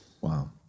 wow